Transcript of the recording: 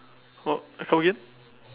uh come again